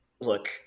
look